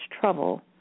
trouble